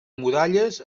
muralles